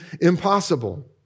impossible